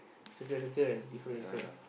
circle circle different different